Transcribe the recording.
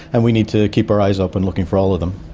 and we need to keep our eyes open looking for all of them.